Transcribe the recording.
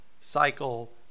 cycle